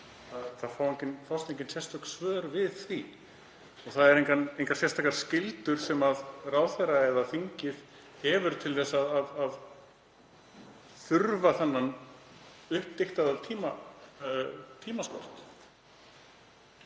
Það fást engin sérstök svör við því. Það eru engar sérstakar skyldur sem ráðherra eða þingið hefur til að þurfa þennan uppdiktaða frest.